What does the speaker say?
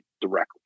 directly